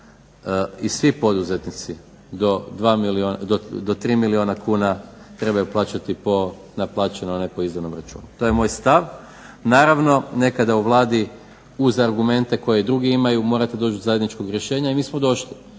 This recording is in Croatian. i svi poduzetnici do 3 milijuna kuna trebaju plaćati po, naplaćenom a ne po izdanom računu. To je moj stav. Naravno, nekada u Vladi uz argumente koje drugi imaju morate doći do zajedničkog rješenja i mi smo došli.